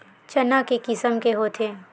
चना के किसम के होथे?